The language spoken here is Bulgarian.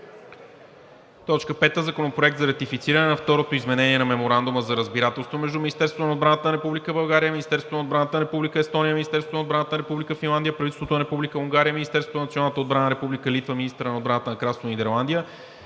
ООН. 5. Законопроект за ратифициране на Второто изменение на Меморандума за разбирателство между Министерството на отбраната на Република България, Министерството на отбраната на Република Естония, Министерството на отбраната на Република Финландия, правителството на Република Унгария, Министерството на националната отбрана на Република Литва, министъра на отбраната на Кралство Нидерландия,